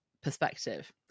perspective